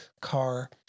car